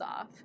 off